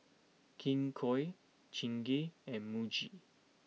King Koil Chingay and Muji